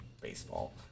Baseball